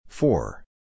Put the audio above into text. Four